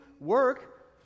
work